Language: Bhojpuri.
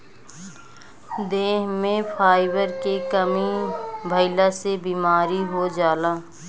देह में फाइबर के कमी भइला से बीमारी हो जाला